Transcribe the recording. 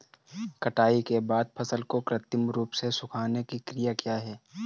कटाई के बाद फसल को कृत्रिम रूप से सुखाने की क्रिया क्या है?